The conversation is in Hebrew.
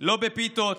לא בפיתות,